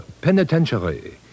penitentiary